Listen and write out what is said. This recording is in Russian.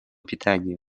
питания